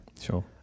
Sure